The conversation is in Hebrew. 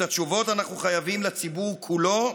את התשובות אנחנו חייבים לציבור כולו,